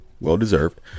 well-deserved